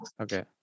okay